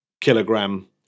kilogram